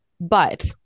But-